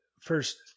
First